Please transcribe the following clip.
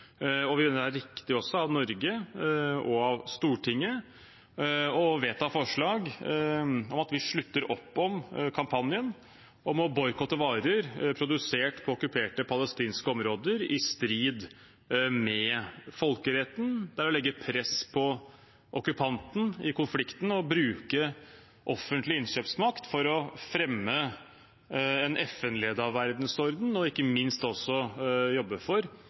og vi mener det er riktig også av Norge og Stortinget å vedta forslag om at vi slutter opp om kampanjen for å boikotte varer produsert på okkuperte palestinske områder i strid med folkeretten. Det er å legge press på okkupanten i konflikten, bruke offentlig innkjøpsmakt for å fremme en FN-ledet verdensorden og ikke minst jobbe for at folkeretten respekteres. Det bør også være ukontroversielt for